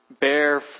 bear